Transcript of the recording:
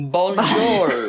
Bonjour